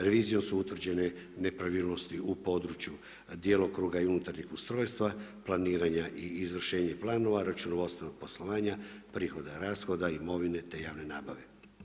Revizijom su utvrđene nepravilnosti u području djelokruga i unutarnjeg ustrojstva, planiranja i izvršenje planova, računovodstvenog poslovanja, prihoda i rashoda, imovine, te javne nabave.